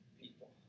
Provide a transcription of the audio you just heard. people